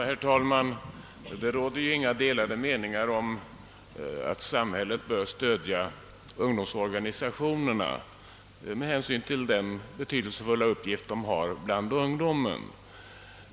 Herr talman! Det råder inga delade meningar om att samhället bör stödja ungdomsorganisationerna med hänsyn till den betydelsefulla uppgift de har bland ungdomen.